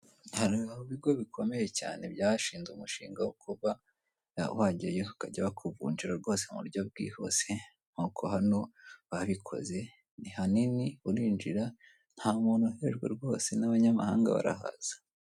Hari ibigo bikomeye cyane byashinze umushinga wo kuba wajyayo bakajya bakuvunjira rwose mu buryo bwihuse nk'uko hano babikoze ni hanini urinjira nta muntu uhejwe rwose n'abanyamahanga barahaza.